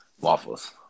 Waffles